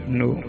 no